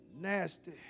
Nasty